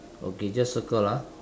okay just circle ah